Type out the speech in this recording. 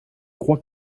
crois